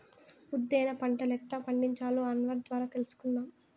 ఉద్దేన పంటలెట్టా పండించాలో అన్వర్ ద్వారా తెలుసుకుందాం